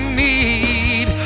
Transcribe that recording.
need